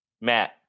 Matt